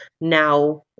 now